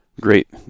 Great